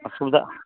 असुविधा